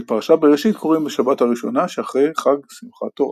את פרשת בראשית קוראים בשבת הראשונה שאחרי חג שמחת תורה.